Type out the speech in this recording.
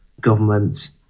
governments